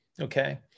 Okay